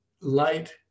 light